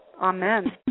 Amen